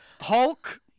Hulk